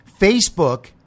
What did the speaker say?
Facebook